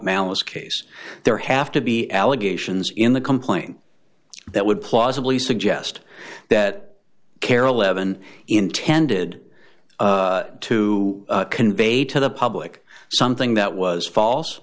malice case there have to be allegations in the complaint that would plausibly suggest that carole levon intended to convey to the public something that was fal